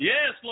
Yes